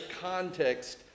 context